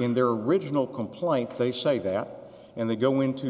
in their original complaint they say that and they go into